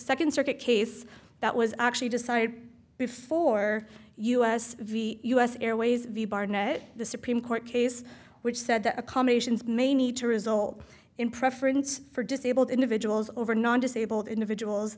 second circuit case that was actually decided before us v us airways the barnett the supreme court case which said that accommodations may need to result in preference for disabled individuals over non disabled individuals